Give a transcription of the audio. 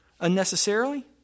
unnecessarily